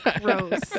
Gross